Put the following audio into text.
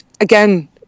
again